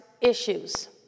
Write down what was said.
issues